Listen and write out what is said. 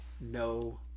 no